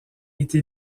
été